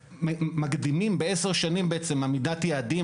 מקדימים בעשר שנים עמידת יעדים.